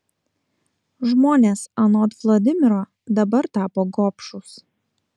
žmonės anot vladimiro dabar tapo gobšūs